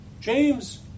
James